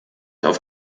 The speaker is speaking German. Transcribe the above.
auf